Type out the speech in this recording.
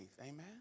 Amen